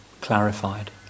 clarified